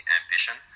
ambition